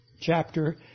chapter